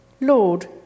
Lord